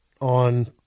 on